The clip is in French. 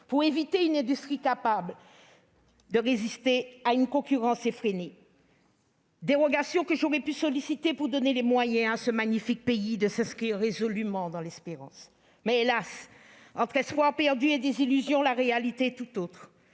soutenir une industrie incapable de résister à une concurrence effrénée. Ce sont ces dérogations que j'aurais pu solliciter pour donner les moyens à ce magnifique pays de s'inscrire résolument dans l'espérance. Mais, hélas, entre espoirs perdus et désillusions, la réalité est tout autre.